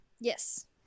Yes